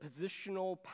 positional